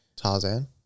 Tarzan